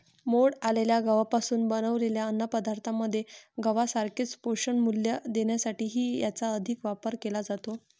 मोड आलेल्या गव्हापासून बनवलेल्या अन्नपदार्थांमध्ये गव्हासारखेच पोषणमूल्य देण्यासाठीही याचा अधिक वापर केला जातो